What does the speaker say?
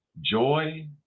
joy